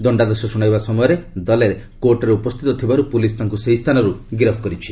ଦଶ୍ଡାଦେଶ ଶୁଣାଇବା ସମୟରେ ଦଲେର୍ କୋର୍ଟରେ ଉପସ୍ଥିତ ଥିବାରୁ ପୁଲିସ୍ ତାଙ୍କୁ ସେହି ସ୍ଥାନରୁ ଗିରଫ କରିଛି